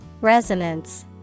Resonance